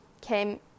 came